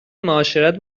معاشرت